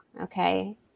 Okay